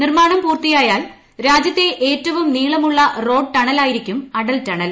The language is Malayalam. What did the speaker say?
നിർമ്മാണം പൂർത്തിയായാൽ രാജ്യത്തെ ഏറ്റവും നീളമുള്ള റോഡ് ടണലായിരിക്കും അടൽ ടണൽ